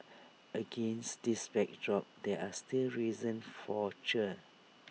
against this backdrop there are still reasons for cheer